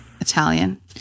Italian